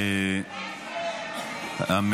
אני לא אצביע לשום חוק שלך.